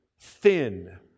thin